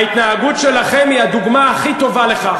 ההתנהגות שלכם היא הדוגמה הכי טובה לכך,